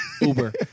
Uber